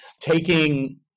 taking